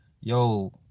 Yo